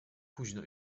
późno